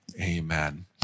amen